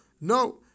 No